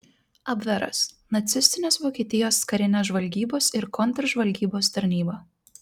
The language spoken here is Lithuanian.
abveras nacistinės vokietijos karinės žvalgybos ir kontržvalgybos tarnyba